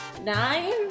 nine